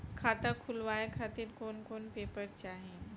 खाता खुलवाए खातिर कौन कौन पेपर चाहीं?